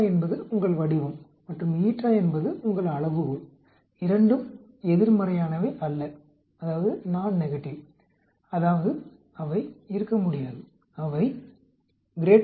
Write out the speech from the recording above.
என்பது உங்கள் வடிவம் மற்றும் என்பது உங்கள் அளவுகோள் இரண்டும் எதிர்மறையானவை அல்ல அதாவது அவை இருக்க முடியாது அவை 0